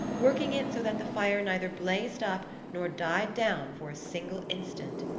working it so that the fire neither blazed up nor died down for a single instant.